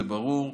זה ברור.